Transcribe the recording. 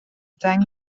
deng